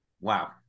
Wow